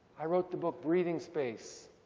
i wrote the book breathing space,